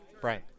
Brian